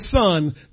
son